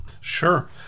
Sure